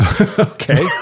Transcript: okay